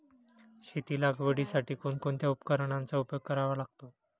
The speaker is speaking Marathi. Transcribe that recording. शेती लागवडीसाठी कोणकोणत्या उपकरणांचा उपयोग करावा लागतो?